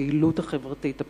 הפעילות החברתית,